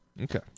Okay